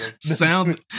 Sound